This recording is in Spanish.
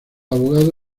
abogado